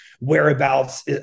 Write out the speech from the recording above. whereabouts